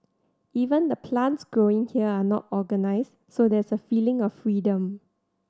even the plants growing here are not organised so there's a feeling of freedom